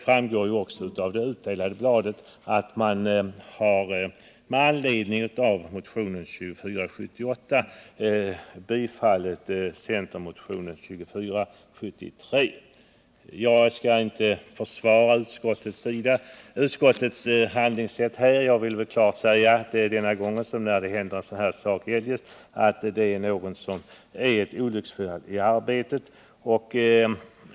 Jag vill emellertid klart säga att det denna gång, liksom när det eljest händer en sådan här sak, är fråga om ett olycksfall i arbetet.